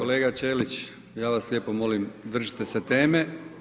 Kolega Ćelić, ja vas lijepo molim, držite se teme.